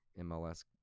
MLS